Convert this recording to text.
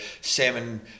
salmon